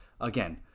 again